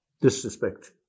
disrespect